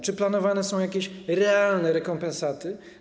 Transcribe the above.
Czy planowane są jakieś realne rekompensaty?